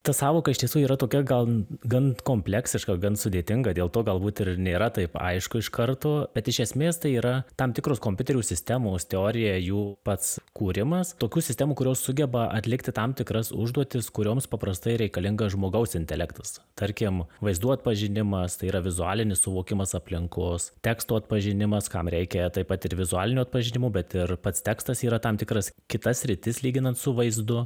ta sąvoka iš tiesų yra tokia gal gan kompleksiška gan sudėtinga dėl to galbūt ir nėra taip aišku iš karto bet iš esmės tai yra tam tikros kompiuterių sistemos teorija jų pats kūrimas tokių sistemų kurios sugeba atlikti tam tikras užduotis kurioms paprastai reikalinga žmogaus intelektas tarkim vaizdų atpažinimas tai yra vizualinis suvokimas aplinkos teksto atpažinimas kam reikia taip pat ir vizualiniu atpažinimu bet ir pats tekstas yra tam tikras kita sritis lyginant su vaizdu